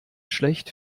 schlecht